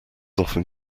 often